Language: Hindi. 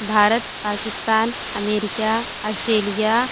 Bharat Pakistan America Australia